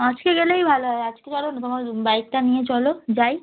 আজকে গেলেই ভালো হয় আজকে চলো না তোমার বাইকটা নিয়ে চলো যাই